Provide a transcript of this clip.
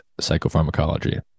psychopharmacology